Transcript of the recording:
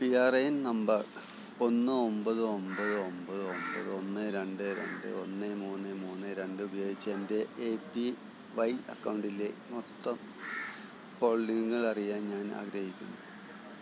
P R A N number ഒന്ന് ഒമ്പത് ഒമ്പത് ഒമ്പത് ഒമ്പത് ഒന്ന് രണ്ട് രണ്ട് ഒന്ന് മൂന്ന് മൂന്ന് രണ്ട് ഉപയോഗിച്ച് എൻ്റെ എ പി വൈ അക്കൗണ്ടിലെ മൊത്തം ഹോൾഡിംഗുകൾ അറിയാൻ ഞാൻ ആഗ്രഹിക്കുന്നു